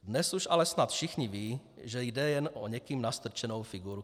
Dnes už ale snad všichni vědí, že jde jen o někým nastrčenou figurku.